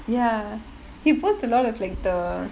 ya he posts a lot of like the